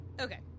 Okay